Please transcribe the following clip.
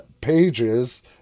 pages